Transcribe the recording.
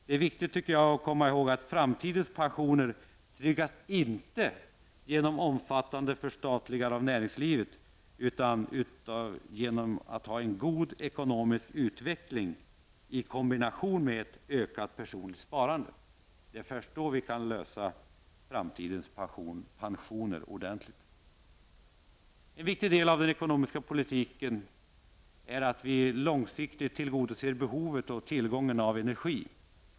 Det är viktigt, tycker jag, att komma ihåg att framtidens pensioner inte tryggas genom ett omfattande förstatligande av näringslivet, utan genom en god ekonomisk utveckling i kombination med ett ökat personligt sparande. Det är först då vi kan klara framtidens pensioner på ett riktigt sätt. En viktig del av den ekonomiska politiken är att vi långsiktigt tillgodoser behovet av energi och granterar tillgången på energi.